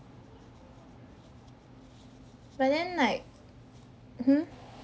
but then like mmhmm